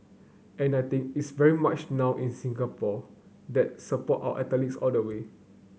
and I think it's very much now in Singapore that support our athletes all the way